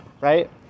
right